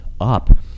up